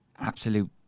absolute